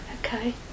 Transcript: Okay